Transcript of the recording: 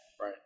Right